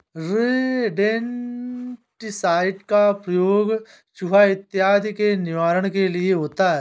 rodenticide का प्रयोग चुहा इत्यादि के निवारण के लिए होता है